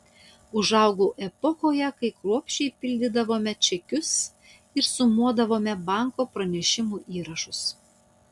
užaugau epochoje kai kruopščiai pildydavome čekius ir sumuodavome banko pranešimų įrašus